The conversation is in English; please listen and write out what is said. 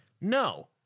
no